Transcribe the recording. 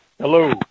Hello